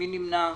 מי נמנע?